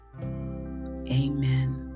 Amen